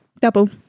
Double